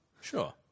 Sure